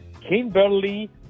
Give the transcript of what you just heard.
Kimberly